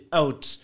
out